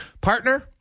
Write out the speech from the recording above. partner